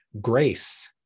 grace